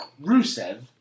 Rusev